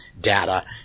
data